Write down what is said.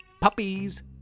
puppies